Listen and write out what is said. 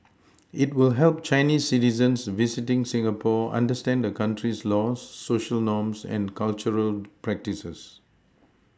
it will help Chinese citizens visiting Singapore understand the country's laws Social norms and cultural practices